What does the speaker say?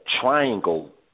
triangle